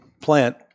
plant